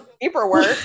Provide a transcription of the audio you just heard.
paperwork